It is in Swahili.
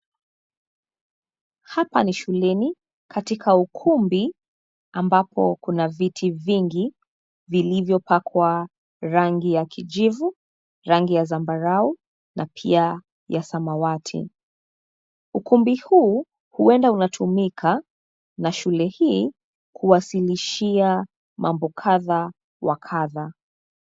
Hapa ni shuleni katika ukumbi ambapo kuna viti vingi vilivyopakwa rangi ya kijivu, rangi ya zambarau na pia ya samawati. Ukumbi huu huenda unatumika na shule hii kuwasilishia mambo kadhaa wa kadhaa.